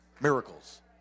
miracles